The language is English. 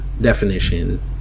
definition